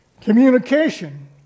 communication